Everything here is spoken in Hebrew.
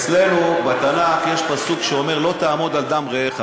אצלנו בתנ"ך יש פסוק שאומר: לא תעמוד על דם רעך.